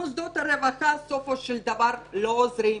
מוסדות הרווחה בסופו של דבר לא עוזרים,